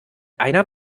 einer